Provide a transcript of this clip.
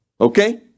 okay